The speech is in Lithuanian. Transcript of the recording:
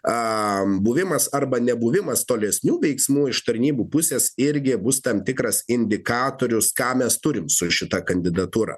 buvimas arba nebuvimas tolesnių veiksmų iš tarnybų pusės irgi bus tam tikras indikatorius ką mes turime su šita kandidatūra